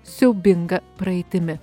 siaubinga praeitimi